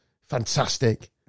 Fantastic